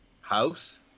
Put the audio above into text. House